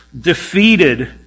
defeated